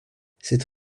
cette